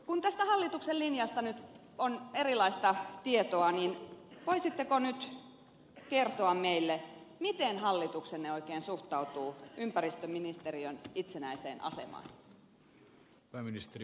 kun tästä hallituksen linjasta nyt on erilaista tietoa niin voisitteko nyt kertoa meille miten hallituksenne oikein suhtautuu ympäristöministeriön itsenäiseen asemaan